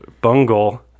bungle